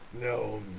No